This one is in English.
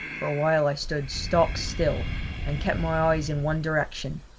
for a while i stood stock still and kept my eyes in one direction.